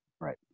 Right